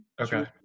Okay